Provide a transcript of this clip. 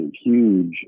huge